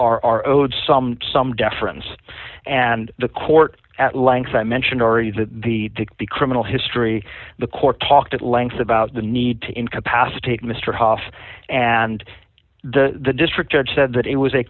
are are owed some some deference and the court at length i mentioned already that the to be criminal history the court talked at length about the need to incapacitate mr hof and the district judge said that it was a